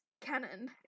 Cannon